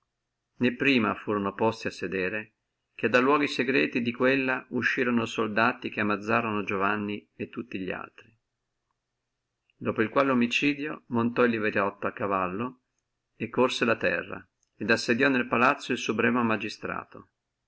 né prima furono posti a sedere che de luoghi secreti di quella uscirono soldati che ammazzorono giovanni e tutti li altri dopo il quale omicidio montò oliverotto a cavallo e corse la terra et assediò nel palazzo el supremo magistrato